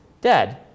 dead